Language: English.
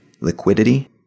liquidity